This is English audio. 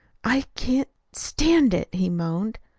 i can't stand it, he moaned.